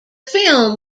film